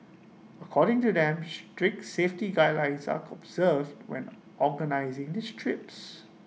cording to them strict safety guidelines are serve when organising these trips